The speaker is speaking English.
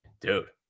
dude